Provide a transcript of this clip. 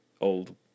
old